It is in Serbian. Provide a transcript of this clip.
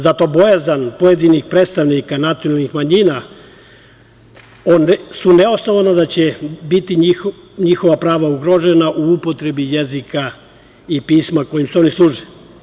Zato bojazan pojedinih predstavnika nacionalnih manjina su neosnovani da će biti njihova prava ugrožena u upotrebi jezika i pisma kojim se oni služe.